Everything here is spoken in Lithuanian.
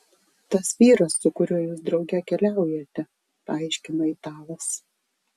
tas vyras su kuriuo jūs drauge keliaujate paaiškino italas